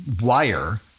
wire